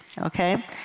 Okay